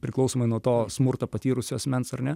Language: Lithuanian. priklausomai nuo to smurtą patyrusio asmens ar ne